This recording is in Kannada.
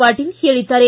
ಪಾಟೀಲ್ ಹೇಳಿದ್ದಾರೆ